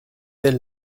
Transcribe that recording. elle